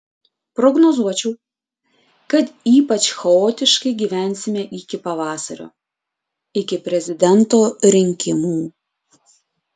prognozuočiau kad ypač chaotiškai gyvensime iki pavasario iki prezidento rinkimų